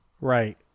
Right